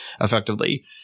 effectively